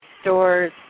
stores